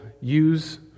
use